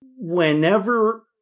whenever